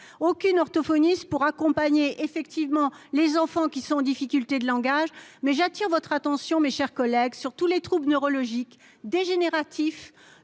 aucune orthophoniste pour accompagner effectivement les enfants qui sont en difficultés de langage, mais j'attire votre attention, mes chers collègues, sur tous les trouble neurologique dégénératif